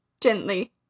Gently